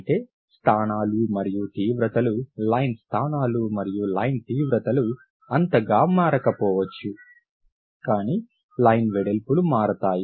అయితే స్థానాలు మరియు తీవ్రతలు లైన్ స్థానాలు మరియు లైన్ తీవ్రతలు అంతగా మారకపోవచ్చు కానీ లైన్ వెడల్పులు మారతాయి